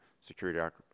security